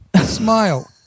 Smile